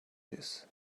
this